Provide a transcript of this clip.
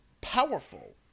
powerful